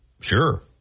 Sure